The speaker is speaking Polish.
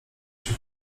się